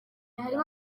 harimo